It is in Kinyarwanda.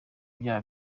bya